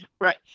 right